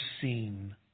seen